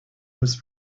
was